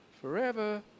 forever